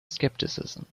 skepticism